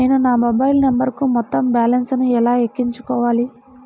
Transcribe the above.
నేను నా మొబైల్ నంబరుకు మొత్తం బాలన్స్ ను ఎలా ఎక్కించుకోవాలి?